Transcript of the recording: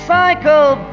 cycle